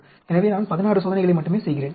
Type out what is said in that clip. எனவே நான் 16 சோதனைகளை மட்டுமே செய்கிறேன்